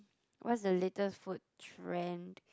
what's the latest food trend